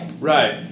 Right